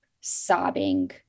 sobbing